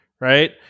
right